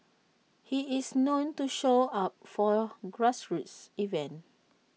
he is known to show up for grassroots event